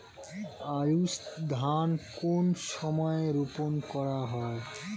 আউশ ধান কোন সময়ে রোপন করা হয়?